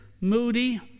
moody